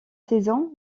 saison